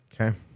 Okay